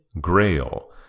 Grail